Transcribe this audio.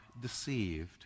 deceived